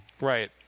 Right